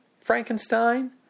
Frankenstein